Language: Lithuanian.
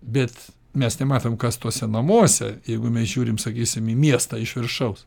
bet mes nematome kas tuose namuose jeigu mes žiūrim sakysim į miestą iš viršaus